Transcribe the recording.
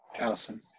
Allison